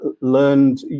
learned